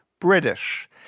British